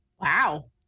Wow